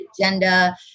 agenda